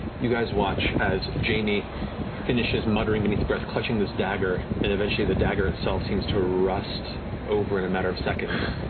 you guys watch as jamie finishes muttering beneath your breath, clutching this dagger, and eventually the dagger itself seems to rust over in a matter of seconds.